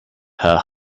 her